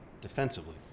defensively